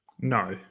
No